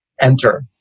enter